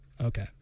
Okay